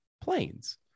planes